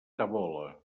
tabola